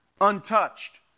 untouched